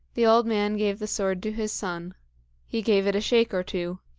the old man gave the sword to his son he gave it a shake or two.